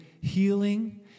Healing